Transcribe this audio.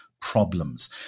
problems